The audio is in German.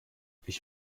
ich